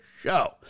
show